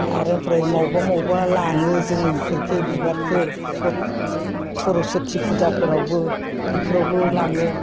आरो ओमफ्राय बबावबा बबावबा लाङो जों बिफोरखौ बिबारखौ सब सरस्वती फुजाफोरावबो बेफोरावबो लाङो